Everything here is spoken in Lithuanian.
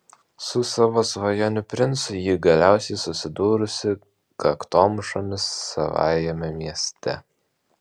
su savo svajonių princu ji galiausiai susidūrusi kaktomušomis savajame mieste